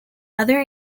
other